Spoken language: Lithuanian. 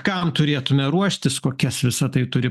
kam turėtume ruoštis kokias visa tai turi